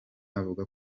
avuga